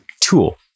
tool